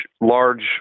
large